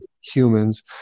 humans